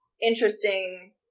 interesting